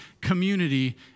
community